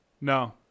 No